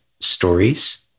stories